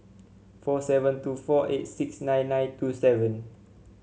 four seven two four eight six nine nine two seven